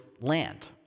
land